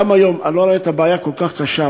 גם היום אני לא רואה שהבעיה כל כך קשה.